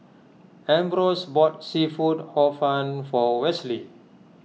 Ambrose bought Seafood Hor Fun for Wesley